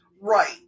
Right